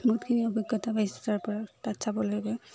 বহুতখিনি অভিজ্ঞতা পাইছো তাৰ পৰা তাত চাব লাগে